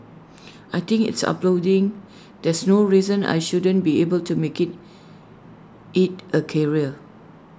I think is uploading there's no reason I shouldn't be able to make IT A A career